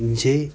જે